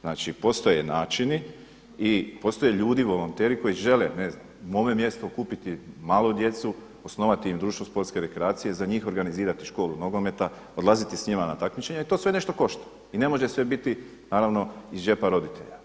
Znači postoje načini i postoje ljudi, volonteri koji žele ne znam u mome mjestu okupiti malu djecu, osnovati im društvo sportske rekreacije, za njih organizirati školu nogometa, odlaziti sa njima na takmičenje i to sve nešto košta i ne može sve biti naravno iz džepa roditelja.